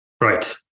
Right